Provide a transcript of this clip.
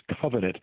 covenant